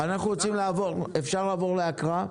אפשר לעבור להקראה?